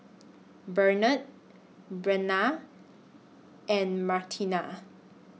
Benard Brennan and Martina